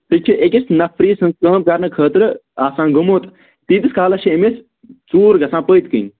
سُہ چھُ أکِس نَفری سٕنٛز کٲم کَرنہٕ خٲطرٕ آسان گوٚمُت تیٖتِس کالَس چھِ أمِس ژوٗر گژھان پٔتۍ کِنۍ